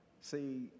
See